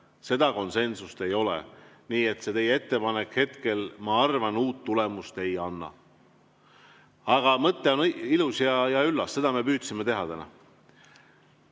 oleme. Konsensust ei ole. Nii et teie ettepanek hetkel, ma arvan, uut tulemust ei annaks. Aga mõte on ilus ja üllas, seda me püüdsimegi täna